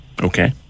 Okay